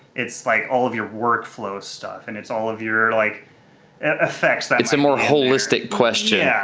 it's like all of your workflow stuff and it's all of your like effects. it's a more holistic question. yeah